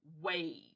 wave